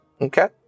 okay